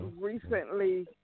recently